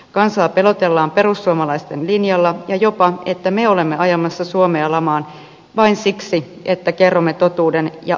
kansaa pelotellaan perussuomalaisten linjalla ja jopa sillä että me olemme ajamassa suomea lamaan vain siksi että kerromme totuuden ja annamme vaihtoehtoja